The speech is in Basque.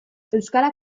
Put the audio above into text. euskara